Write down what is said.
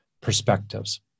perspectives